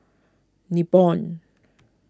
Nibong